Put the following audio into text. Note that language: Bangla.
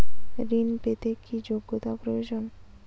ঋণ পেতে কি যোগ্যতা প্রয়োজন?